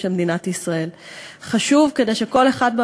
לכן אנחנו כאילו לא נעשה,